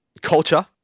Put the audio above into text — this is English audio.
culture